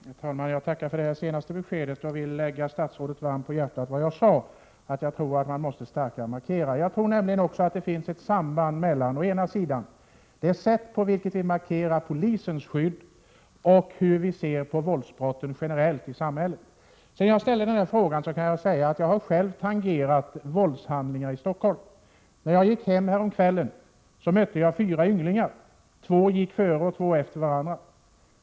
Herr talman! Jag tackar för det senaste beskedet. Jag vill gärna lägga statsrådet varmt på hjärtat vad jag sade om starkare markeringar. Jag tror nämligen att det finns ett samband mellan det sätt på vilket samhället markerar polisens skydd och hur vi ser på våldsbrotten generellt. Sedan jag ställde frågan har jag själv tangerat våldshandlingar i Stockholm. När jag gick hem häromkvällen mötte jag fyra ynglingar. Två gick före och två efter.